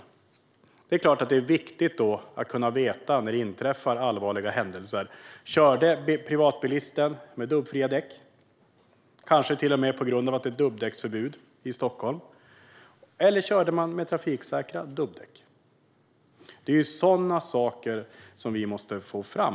När det inträffar allvarliga händelser är det klart att det är viktigt att veta om privatbilisten körde med dubbfria däck, kanske till och med på grund av att det är dubbdäcksförbud i Stockholm, eller om denne körde med trafiksäkra dubbdäck. Det är sådana saker som vi måste få fram.